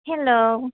hello